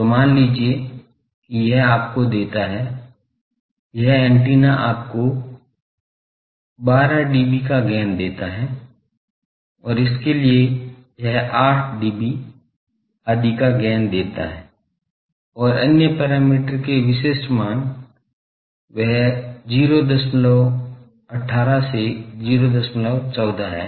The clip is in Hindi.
तो मान लीजिए कि यह आपको देता है यह एंटीना आपको 12 डीबी का गेन देता है और इसके लिए यह 8 डीबी आदि का गेन देता है और अन्य पैरामीटर sigma के विशिष्ट मान वह 018 से 014 है